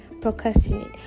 procrastinate